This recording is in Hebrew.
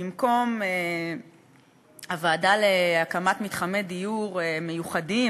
במקום הוועדה להקמת מתחמי דיור מיוחדים,